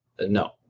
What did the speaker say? No